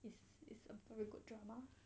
it's it's probably a good drama